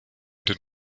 den